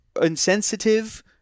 insensitive